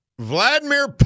Vladimir